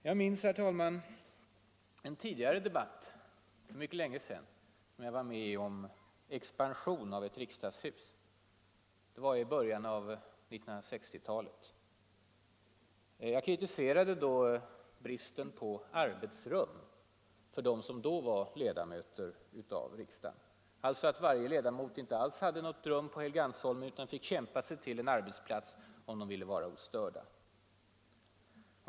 Jag minns en tidigare debatt om expansion av ett riksdagshus. Det var i början av 1960-talet. Jag kritiserade där bristen på arbetsrum för dem som då var ledamöter av riksdagen, alltså att varje ledamot inte hade något rum på Helgeandsholmen utan att ledamöterna fick kämpa sig till en arbetsplats om de ville vara ostörda.